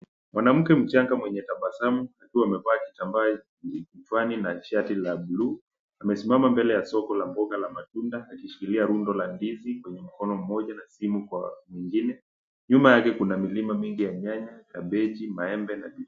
Mwanamke mchanga mwenye tabasamu akiwa amevaa kitambaa kichwani na shati la buluu, amesimama mbele ya soko la matunda akishikilia rundo la ndizi kwenye mkono mmoja na simu Kwa mwingine. Nyuma yake kuna milima mingi ya nyanya, kabiji, maembe na vitunguu.